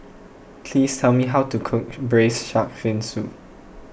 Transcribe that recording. please tell me how to cook Braised Shark Fin Soup